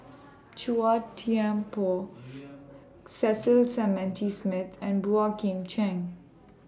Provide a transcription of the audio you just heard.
Chua Thian Poh Cecil Clementi Smith and Boey Kim Cheng